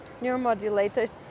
neuromodulators